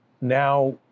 now